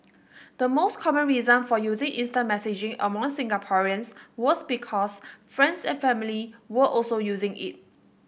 the most common reason for using instant messaging among Singaporeans was because friends and family were also using it